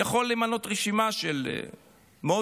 אני יכול למנות רשימה של מודי'ס,